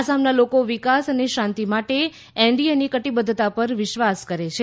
આસામના લોકો વિકાસ અને શાંતિ માટે એનડીએની કટિબદ્વતા પર વિશ્વાસ કરે છે